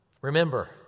Remember